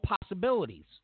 possibilities